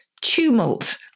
tumult